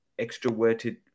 extroverted